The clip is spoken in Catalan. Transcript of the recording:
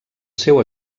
seu